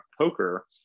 poker